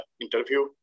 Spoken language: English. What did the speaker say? interview